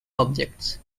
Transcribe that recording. objects